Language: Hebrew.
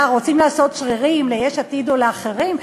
רוצים לעשות שרירים ליש עתיד או לאחרים,